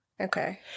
Okay